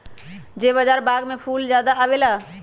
जे से हमार बाग में फुल ज्यादा आवे?